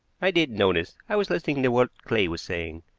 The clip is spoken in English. i didn't notice. i was listening to what clay was saying.